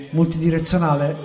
multidirezionale